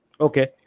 Okay